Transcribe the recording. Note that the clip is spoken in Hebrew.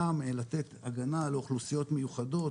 גם לתת הגנה לאוכלוסיות מיוחדות,